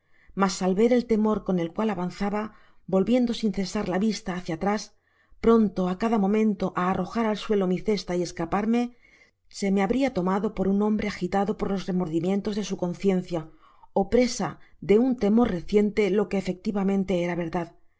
mas al ver el temor con el cual avanzaba volviendo sin cesar la vista hácia atrás pronto á cada momento á arrojar al suelo mi cesta y escaparme se me habria tomado por un hombre agitado por los remordimientos de su conciencia ó presa de un temor reciente lo que efectivamente era verdad